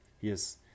Yes